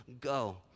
Go